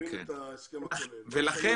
מה שאומר